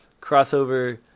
Crossover